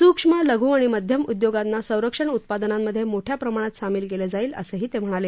सूक्ष्म लघु आणि मध्यम उद्योगांना संरक्षण उत्पादनांमधे मोठ्या प्रमाणात सामील केलं जाईल असंही ते म्हणाले